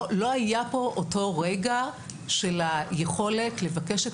לא היה פה אותו רגע של היכולת לבקש את